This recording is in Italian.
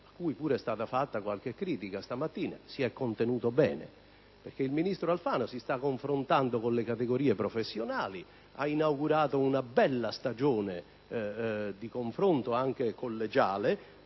cui pure è stata mossa qualche critica questa mattina, si è contenuto bene e il ministro Alfano si sta confrontando con le categorie professionali, ha inaugurato una bella stagione di confronto, anche collegiale,